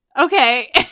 Okay